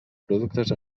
productes